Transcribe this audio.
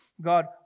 God